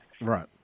Right